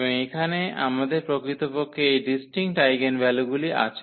এবং এখানে আমাদের প্রকৃতপক্ষে এই ডিস্টিঙ্কট আইগেনভ্যালুগুলি আছে